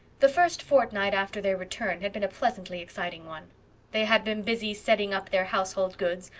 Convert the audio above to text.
the first fortnight after their return had been a pleasantly exciting one they had been busy setting up their household goods,